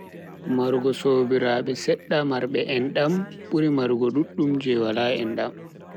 Marugo sobiraabe sedda marbe endam buri marugo duddum je wala endam.